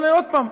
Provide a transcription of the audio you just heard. אבל עוד פעם,